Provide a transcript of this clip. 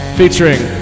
featuring